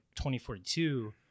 2042